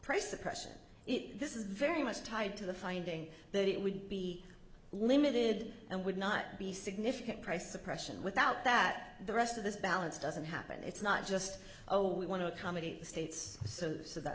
price suppression this is very much tied to the finding that it would be limited and would not be significant price suppression without that the rest of this balance doesn't happen it's not just oh we want to accommodate the states so so that